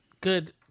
good